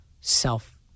self